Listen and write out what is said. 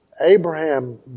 Abraham